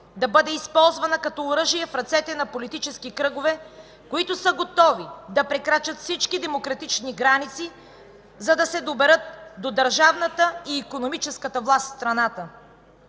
да бъде използвана като оръжие в ръцете на политически кръгове, които са готови да прекрачат всички демократични граници, за да се доберат до държавната и икономическата власт в страната.